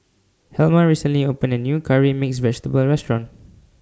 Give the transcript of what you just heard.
Helma recently opened A New Curry Mixed Vegetable Restaurant